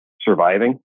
surviving